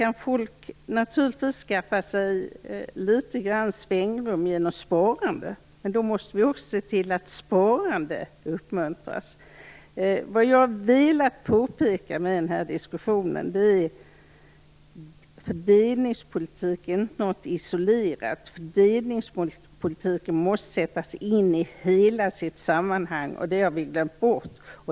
Naturligtvis kan folk skaffa sig litet svängrum genom sparande, men då måste vi också se till att sparande uppmuntras. Det jag har velat påpeka med denna diskussion är att fördelningspolitik inte är något isolerat. Fördelningspolitiken måste sättas in i hela sitt sammanhang, och det har vi glömt bort.